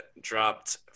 dropped –